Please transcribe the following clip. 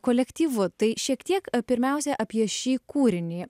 kolektyvu tai šiek tiek pirmiausia apie šį kūrinį